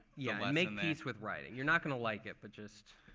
yeah, make peace with writing. you're not going to like it. but just